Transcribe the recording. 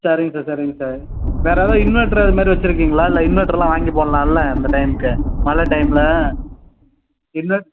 சரிங்க சார் சரிங்க சார் வேற ஏதாவது இன்வெர்ட்டர் அதுமாதிரி வச்சுருக்கீங்களா இல்லை இன்வெர்ட்டர்லாம் வாங்கிப் போடலாம்ல இந்த டைமுக்கு மழை டைமில்